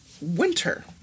winter